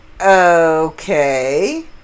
Okay